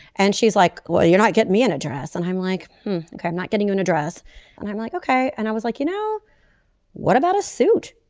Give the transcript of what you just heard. and she's like well you're not get me in a dress and i'm like ok i'm not getting on a dress and i'm like ok. and i was like you know what about a suit.